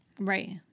Right